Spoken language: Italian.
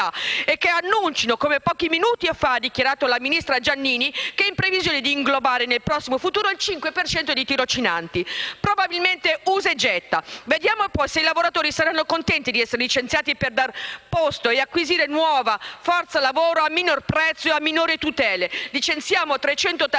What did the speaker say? e annuncino, come pochi minuti fa ha dichiarato la ministra Giannini, che è in previsione di inglobare, nel prossimo futuro, il 5 per cento di tirocinanti, probabilmente usa e getta. Vedremo poi se i lavoratori saranno contenti di essere licenziati per dar posto e acquisire nuova forza lavoro al minor prezzo e a minori tutele. Licenziano 385 persone